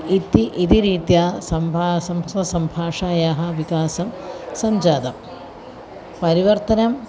इति इति रीत्या सम्भा संस्कृतसम्भाषायाः विकासं सञ्जातं परिवर्तनं